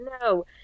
no